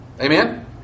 Amen